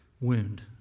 wound